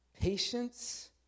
patience